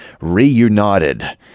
Reunited